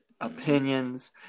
opinions